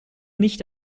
nicht